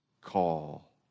call